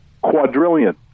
quadrillion